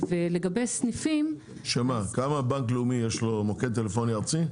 בנק לאומי, יש לו מוקד טלפוני ארצי?